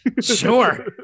sure